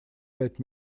пять